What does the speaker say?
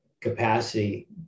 capacity